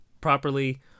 properly